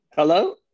Hello